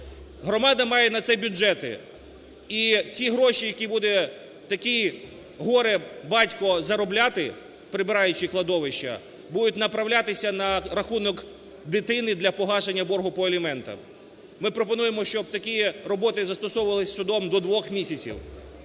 Громада має на це бюджети і ці гроші, які буде такий горе-батько заробляти, прибираючи кладовища, будуть направлятися на рахунок дитини для погашення боргу по аліментам. Ми пропонуємо, щоб такі роботи застосовувалися судом до двох місяців,